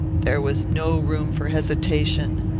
there was no room for hesitation.